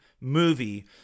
movie